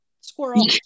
Squirrel